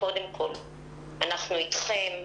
אנחנו איתכם,